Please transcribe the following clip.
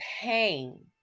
pain